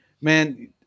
man